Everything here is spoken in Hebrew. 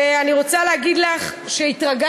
ואני רוצה להגיד לך שהתרגשתי.